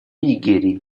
нигерии